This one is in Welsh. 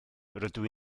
rydw